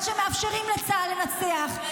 עד שמאפשרים לצה"ל לנצח,